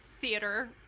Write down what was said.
theater